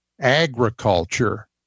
agriculture